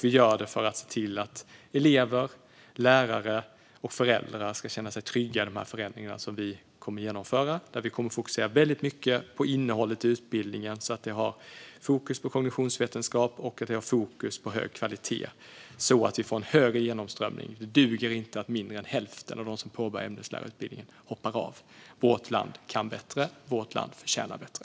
Vi gör detta för att se till att elever, lärare och föräldrar ska känna sig trygga i de förändringar som vi kommer att genomföra. Vi kommer att fokusera väldigt mycket på innehållet i utbildningen. Det är fokus på kognitionsvetenskap och på hög kvalitet, så att vi får en högre genomströmning. Det duger inte att mer än hälften av dem som påbörjar ämneslärarutbildningen hoppar av. Vårt land kan bättre. Vårt land förtjänar bättre.